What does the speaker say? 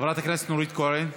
חברת הכנסת נורית קורן,